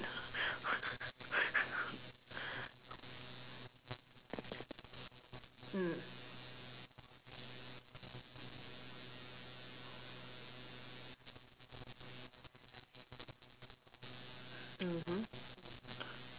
mm mmhmm